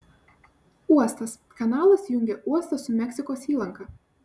uostas kanalas jungia uostą su meksikos įlanka